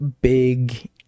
big